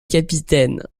capitaine